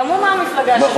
גם הוא מהמפלגה שלך.